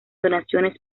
donaciones